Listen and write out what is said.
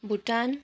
Bhutan